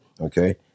okay